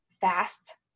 fast